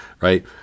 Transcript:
right